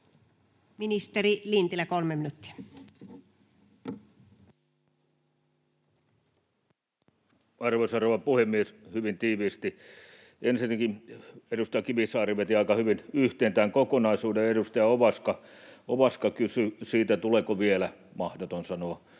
Time: 15:00 Content: Arvoisa rouva puhemies! Hyvin tiiviisti: Ensinnäkin edustaja Kivisaari veti aika hyvin yhteen tämän kokonaisuuden, ja edustaja Ovaska kysyi siitä, tuleeko vielä uusia